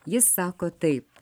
ji sako taip